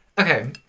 Okay